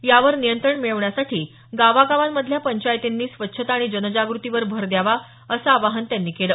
यावर नियंत्रण मिळवण्यासाठी गावागावांमधल्या पंचायतींनी स्वच्छता आणि जनजागृतीवर भर द्यावा असं आवाहन त्यांनी केलं